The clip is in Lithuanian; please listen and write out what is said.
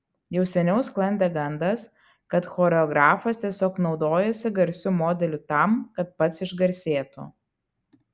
jau seniau sklandė gandas kad choreografas tiesiog naudojasi garsiu modeliu tam kad pats išgarsėtų